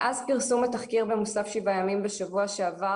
מאז פרסום התחקיר במוסף שבעה ימים בשבוע שעבר,